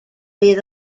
fydd